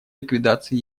ликвидации